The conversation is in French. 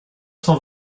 cent